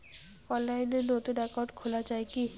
অনলাইনে নতুন একাউন্ট খোলা য়ায় কি?